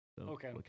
Okay